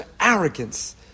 arrogance